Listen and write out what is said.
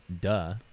duh